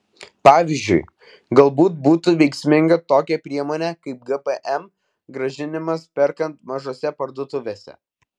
pavyzdžiui galbūt būtų veiksminga tokia priemonė kaip gpm grąžinimas perkant mažose parduotuvėse